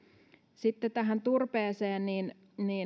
sitten tähän turpeeseen